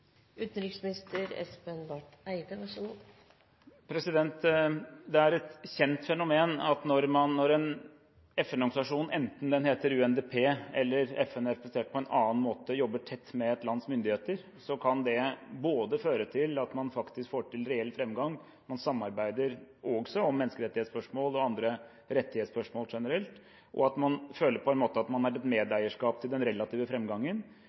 Det er et kjent fenomen at når en FN-organisasjon, enten det er UNDP eller FN representert på en annen måte, jobber tett med et lands myndigheter, kan det føre til at man får til reell framgang. Man samarbeider om menneskerettighetsspørsmål og rettighetsspørsmål generelt, og man føler på en måte at man har medeierskap til den relative